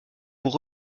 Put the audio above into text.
pour